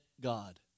God